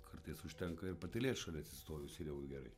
kartais užtenka ir patylėt šalia atsistojus ir jau gerai